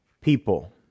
people